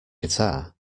guitar